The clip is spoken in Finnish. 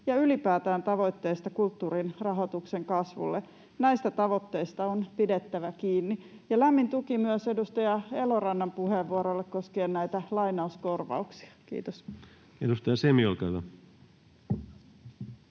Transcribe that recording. ja ylipäätään tavoitteista kulttuurin rahoituksen kasvulle. Näistä tavoitteista on pidettävä kiinni. Lämmin tuki myös edustaja Elorannan puheenvuorolle koskien näitä lainauskorvauksia. — Kiitos. [Speech 144] Speaker: